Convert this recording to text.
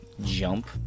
jump